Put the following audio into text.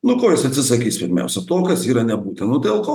nu ko jis atsisakys pirmiausia to kas yra nebūtina nu tai